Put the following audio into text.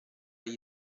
gli